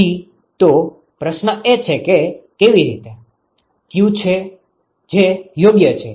gતો પ્રશ્ન એ છે કે કેવી રીતે કયું છે જે યોગ્ય છે